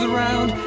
round